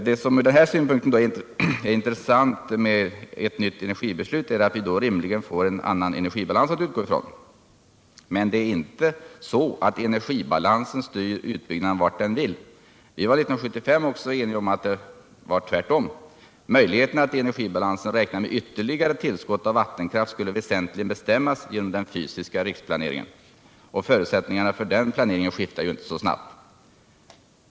Det som ur den här synvinkeln är intressant med ett nytt energibeslut är att vi då rimligen får en annan energibalans att utgå från. Men det är inte så att energibalansen styr utbyggnaden vart den vill. Vi var år 1975 också eniga om att det var tvärtom — möjligheten att i energibalansen räkna med ytterligare tillskott av vattenkraft skulle väsentligen bestämmas genom den fysiska riksplaneringen. Och förutsättningarna för den planeringen skiftar inte så snabbt.